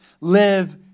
live